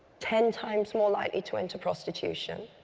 ten times more likely to enter prostitution,